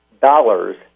dollars